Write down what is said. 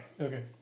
Okay